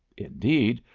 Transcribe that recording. indeed,